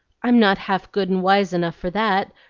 i'm not half good and wise enough for that!